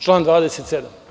Član 27.